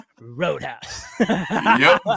Roadhouse